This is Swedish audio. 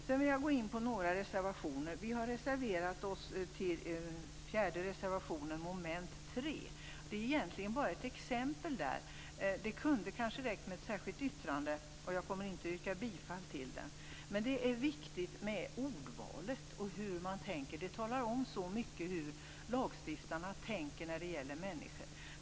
Jag vill gå in på några reservationer. Vår reservation 4, som gäller mom. 3, är egentligen bara ett exempel, och det kunde kanske ha räckt med ett särskilt yttrande. Jag yrkar inte bifall till den. Det handlar om att ordvalet är viktigt. Det säger så mycket om hur lagstiftarna tänker när det gäller människor.